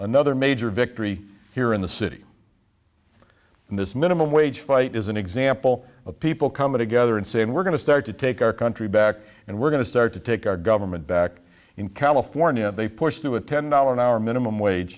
another major victory here in the city and this minimum wage fight is an example of people coming together and saying we're going to start to take our country back and we're going to start to take our government back in california they pushed to a ten dollar an hour minimum wage